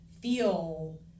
feel